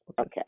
Okay